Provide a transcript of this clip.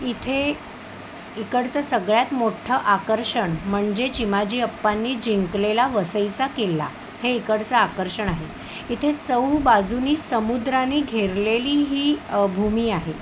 इथे इकडचं सगळ्यात मोठं आकर्षण म्हणजे चिमाजी अप्पांनी जिंकलेला वसईचा किल्ला हे इकडचं आकर्षण आहे इथे चहू बाजूंनी समुद्राने घेरलेली ही भूमी आहे